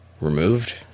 removed